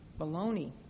baloney